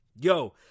Yo